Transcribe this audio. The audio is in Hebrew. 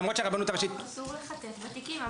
למרות שהרבנות הראשית --- אסור לחטט בתיקים.